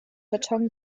beton